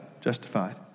justified